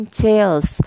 chairs